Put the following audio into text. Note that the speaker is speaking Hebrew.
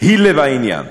היא לב העניין?